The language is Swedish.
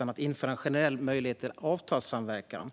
att införa en generell möjlighet till avtalssamverkan.